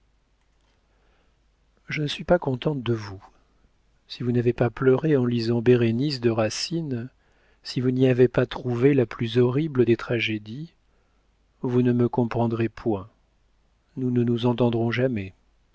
je ne suis pas contente de vous si vous n'avez pas pleuré en lisant bérénice de racine si vous n'y avez pas trouvé la plus horrible des tragédies vous ne me comprendrez point nous ne nous entendrons jamais